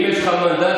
אם יש לך מנדט,